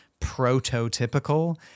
prototypical